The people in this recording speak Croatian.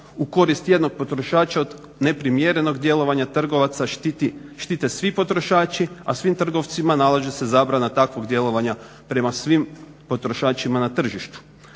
u korist jednog potrošača, neprimjerenog djelovanja trgovaca štite svi potrošači, a svim trgovcima nalaže se zabrana takvog djelovanja prema svim potrošačima na tržištu.